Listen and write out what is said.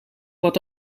wat